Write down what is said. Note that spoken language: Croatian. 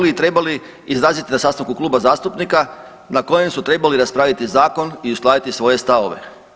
i trebali izraziti na sastanku kluba zastupnika na kojem su trebali raspraviti zakon i uskladiti svoje stavove.